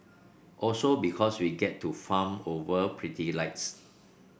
also because we get to fawn over pretty lights